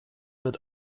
wird